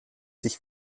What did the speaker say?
sich